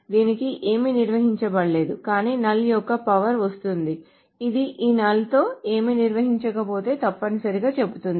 దీనికి ఏమీ నిర్వచించబడలేదు కానీ నల్ యొక్క పవర్ వస్తుంది ఇది ఈ null తో ఏమీ నిర్వచించబడకపోతే తప్పనిసరి గా చెబుతుంది